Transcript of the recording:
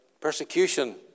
persecution